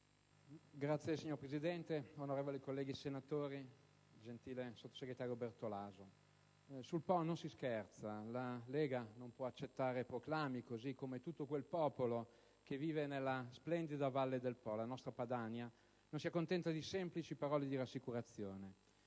Signor Presidente, onorevoli colleghi, senatori, gentile sottosegretario Bertolaso, sul Po non si scherza! La Lega Nord non può accettare proclami, così come tutto quel popolo che vive nella splendida valle del Po, la nostra Padania, non si accontenta di semplici parole di rassicurazione.